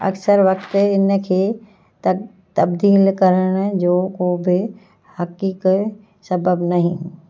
अक्सरु वक्त इनखे तबि तब्दीलु करण जो को बि हकीकु सबबु नही